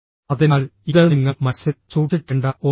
അതിനാൽ ഇത് നിങ്ങൾ മനസ്സിൽ സൂക്ഷിക്കേണ്ട ഒന്നാണ്